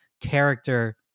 character